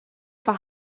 für